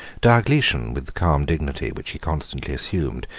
diocletian, with the calm dignity which he constantly assumed,